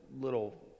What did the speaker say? little